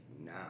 now